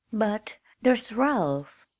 but there's ralph!